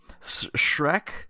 Shrek